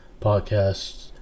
podcasts